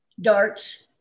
darts